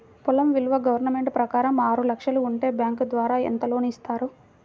పొలం విలువ గవర్నమెంట్ ప్రకారం ఆరు లక్షలు ఉంటే బ్యాంకు ద్వారా ఎంత లోన్ ఇస్తారు?